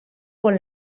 con